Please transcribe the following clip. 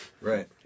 right